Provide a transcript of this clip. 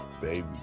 baby